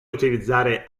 utilizzare